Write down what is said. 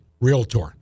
realtor